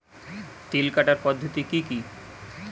তিল কাটার পদ্ধতি কি কি?